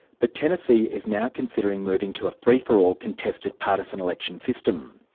but tennessee is now considering moving to a free-for-all contested partisan election system.